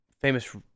famous